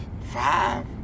Five